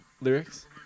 lyrics